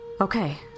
Okay